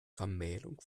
vermählung